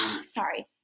sorry